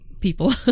People